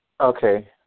Okay